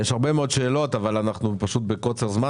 יש הרבה מאוד שאלות אבל אנחנו פשוט בקוצר זמן